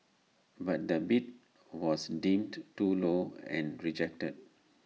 but the bid was deemed too low and rejected